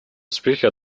успехи